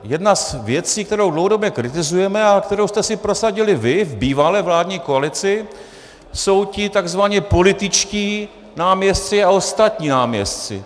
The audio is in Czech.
Jedna z věcí, kterou dlouhodobě kritizujeme a kterou jste si prosadili vy v bývalé vládní koalici, jsou ti tzv. političtí náměstci a ostatní náměstci.